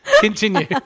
Continue